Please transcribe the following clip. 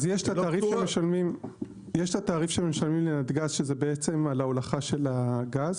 יש את התעריף שמשלמים לנתג"ז שזה בעצם להולכה של הגז,